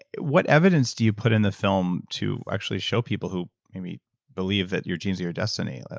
what evidence to you put in the film to actually show people who maybe believe that your genes are your destiny?